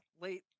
late